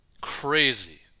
crazy